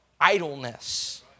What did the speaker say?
idleness